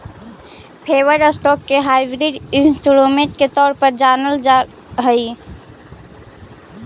preferred stock के hybrid instrument के तौर पर जानल जा हइ